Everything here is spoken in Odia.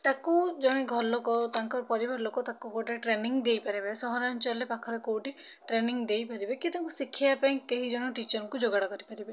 ତାକୁ ଜଣେ ଘରଲୋକ ତାଙ୍କର ପରିବାର ଲୋକ ତାକୁ ଗୋଟେ ଟ୍ରେନିଙ୍ଗ୍ ଦେଇପାରିବେ ସହରାଞ୍ଚଳରେ ପାଖରେ କୋଉଠି ଟ୍ରେନିଙ୍ଗ୍ ଦେଇପାରିବେ କି ତାକୁ ଶିଖେଇବା ପାଇଁ କେହି ଜଣେ ଟିଚର୍ କୁ ଯୋଗାଡ଼ କରିପାରିବେ